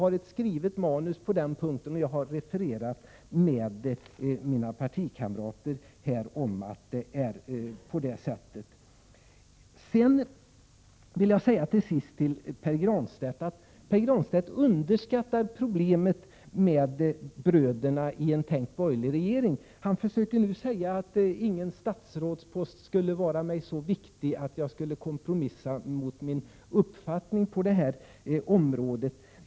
Det står skrivet i ett manus, och jag har konfererat med mina partikamrater om att det är så. Jag vill till sist säga till Pär Granstedt att han underskattar problemet med bröderna i en tänkt borgerlig regering. Han försöker säga att ingen statsrådspost skulle vara honom så viktig att han skulle kompromissa mot sin uppfattning på detta område.